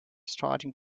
starting